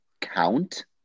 Count